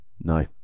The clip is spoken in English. No